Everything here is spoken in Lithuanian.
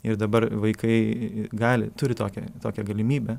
ir dabar vaikai gali turi tokią tokią galimybę